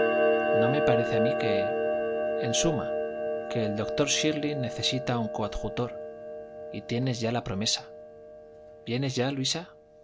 no me parece a mí que en suma que el doctor shirley necesita un coadjutor y tienes ya la promesa viene ya luisa